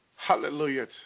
Hallelujah